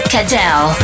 Cadell